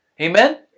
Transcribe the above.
Amen